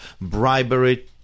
Bribery